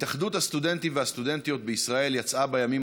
התאחדות הסטודנטים והסטודנטיות בישראל יצאה בימים